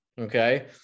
Okay